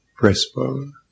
breastbone